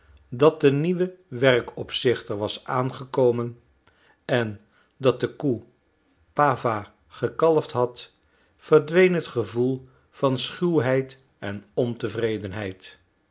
dat de nieuwe werkopzichter was aangekomen en dat de koe pawa gekalfd had verdween het gevoel van schuwheid en ontevredenheid